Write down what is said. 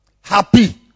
happy